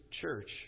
church